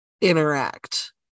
interact